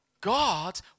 God